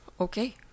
Okay